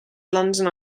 london